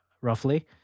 roughly